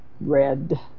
red